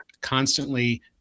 constantly